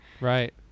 Right